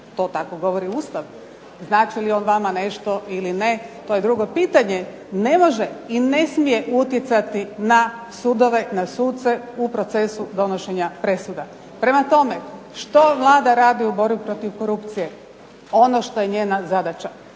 to tako govori Ustav, znači li on vama nešto ili ne, to je drugo pitanje, ne može i ne smije utjecati na sudove, na suce u procesu donošenja presuda. Prema tome, što Vlada radi u borbi protiv korupcije. Ono što je njena zadaća.